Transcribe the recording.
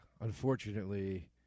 unfortunately